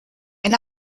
and